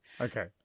Okay